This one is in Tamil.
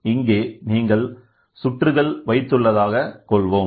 இங்கே நீங்கள் சுற்றுகள் வைத்துள்ளதாக கொள்வோம்